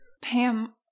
Pam